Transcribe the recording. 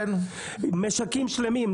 משקים שלמים,